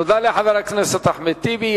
תודה לחבר הכנסת אחמד טיבי.